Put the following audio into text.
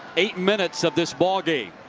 eight minutes of this ball game.